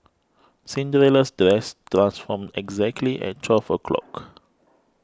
Cinderella's dress transformed exactly at twelve o' clock